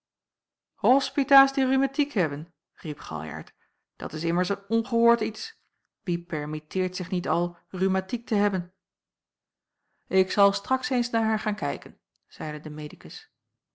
die rhumatiek hebben riep galjart dat is immers een ongehoord iets wie permitteert zich niet al rhumatiek te hebben ik zal straks eens naar haar gaan kijken zeide de medicus